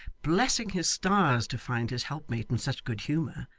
blessing his stars to find his helpmate in such good humour,